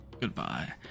Goodbye